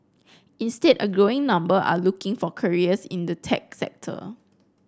instead a growing number are looking for careers in the tech sector